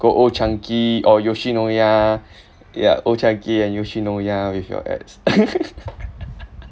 go old chang kee or yoshinoya ya old chang kee and yoshinoya with your ex